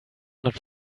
not